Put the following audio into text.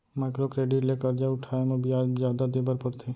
micro credit ले खरजा उठाए म बियाज जादा देबर परथे